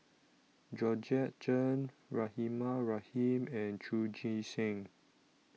Georgette Chen Rahimah Rahim and Chu Chee Seng